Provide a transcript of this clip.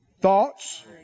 Thoughts